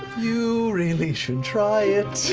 you really should try it.